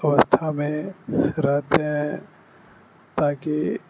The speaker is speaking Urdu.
اوستھا میں رہتے ہیں تاکہ